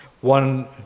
One